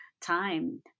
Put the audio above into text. time